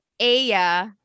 Aya